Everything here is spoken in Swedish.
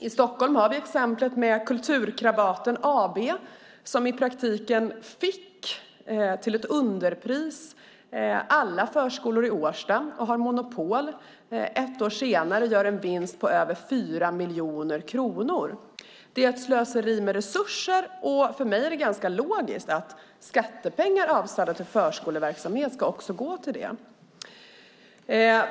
I Stockholm har vi exemplet Kulturkrabaten AB, som i praktiken fick alla förskolor i Årsta till ett underpris och därmed har monopol. Ett år senare gör de en vinst på över 4 miljoner kronor. Det är ett slöseri med resurser, och för mig är det ganska logiskt att skattepengar avsedda för förskoleverksamhet också ska gå till det.